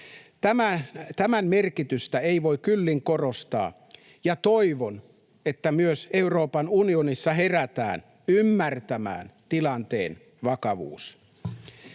Tämän merkitystä ei voi kyllin korostaa, ja toivon, että myös Euroopan unionissa herätään ymmärtämään tilanteen vakavuus.